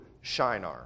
Shinar